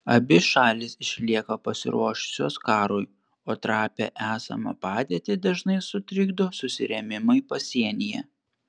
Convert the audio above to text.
abi šalys išlieka pasiruošusios karui o trapią esamą padėtį dažnai sutrikdo susirėmimai pasienyje